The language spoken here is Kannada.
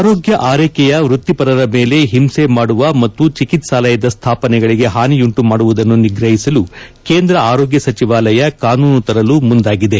ಆರೋಗ್ಯ ಆರೈಕೆಯ ವೃತ್ತಿಪರರ ಮೇಲೆ ಹಿಂಸೆ ಮಾಡುವ ಮತ್ತು ಚಿಕಿತ್ಸಾಲಯದ ಸ್ಥಾಪನೆಗಳಿಗೆ ಹಾನಿಯುಂಟು ಮಾಡುವುದನ್ನು ನಿಗ್ರಹಿಸಲು ಕೇಂದ್ರ ಆರೋಗ್ಯ ಸಚಿವಾಲಯ ಕಾನೂನು ತರಲು ಮುಂದಾಗಿದೆ